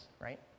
Right